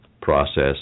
process